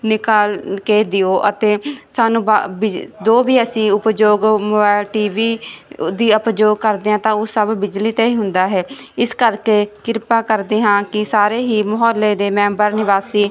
ਨਿਕਾਲ ਕੇ ਦਿਓ ਅਤੇ ਸਾਨੂੰ ਜੋ ਵੀ ਅਸੀਂ ਉਪਯੋਗ ਮੋਬਾਈਲ ਟੀਵੀ ਦੀ ਅਪਯੋਗ ਕਰਦੇ ਆਂ ਤਾਂ ਉਹ ਸਭ ਬਿਜਲੀ ਤੇ ਹੀ ਹੁੰਦਾ ਹੈ ਇਸ ਕਰਕੇ ਕਿਰਪਾ ਕਰਦੇ ਹਾਂ ਕੀ ਸਾਰੇ ਹੀ ਮੌਹੱਲੇ ਦੇ ਮੈਂਬਰ ਨਿਵਾਸੀ